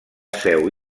seu